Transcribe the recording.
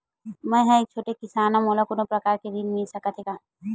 मै ह एक छोटे किसान हंव का मोला कोनो प्रकार के ऋण मिल सकत हे का?